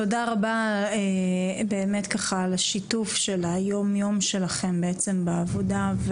תודה רבה על השיתוף של היומיום שלכם בעצם בעבודה.